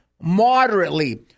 moderately